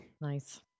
Nice